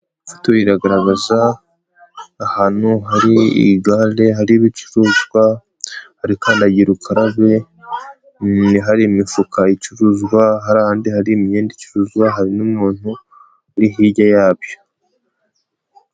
Ibifuto biragaragaza ahantu hari igare, hari ibicuruzwa, hari kandagiraukarabe, hari imifuka icuruzwa, hari imyenda icuruzwa, hari n'umuntu uri hirya yabyo.